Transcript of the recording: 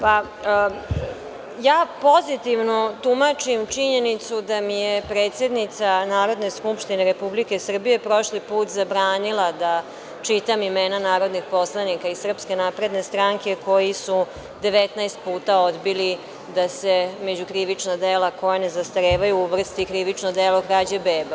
Pozitivno tumačim činjenicu da mi je predsednica Narodne skupštine Republike Srbije prošli put zabranila da čitam imena narodnih poslanika iz SNS koji su 19 puta odbili da se među krivična dela koja ne zastarevaju uvrsti krivično delo krađe beba.